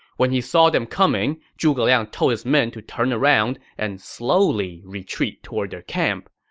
when he saw them coming, zhuge liang told his men to turn around and slowly retreat toward their camp.